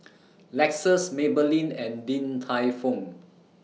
Lexus Maybelline and Din Tai Fung